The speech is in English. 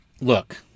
look